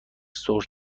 سرخ